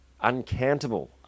uncountable